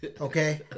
okay